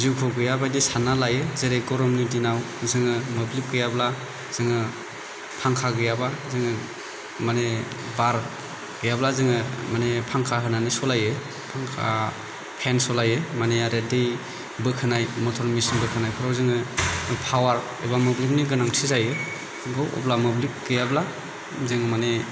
जिउखौ गैयाबायदि साननानै लायो जेरै गरमनि दिनाव जोङो मोब्लिब गैयाब्ला जोङो फांखा गैयाब्ला जोङो माने बार गैयाब्ला जोङो माने फांखा होनानै सालायो फेन सालायो माने आरो दै बोखोनाय मटर मेचिन बोखोनायफ्राव जोङो पावार एबा मोब्लिबनि गोनांथि जायो बेखौ अब्ला मोब्लिब गैयब्ला जोङो माने